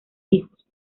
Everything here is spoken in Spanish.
hijos